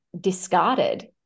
discarded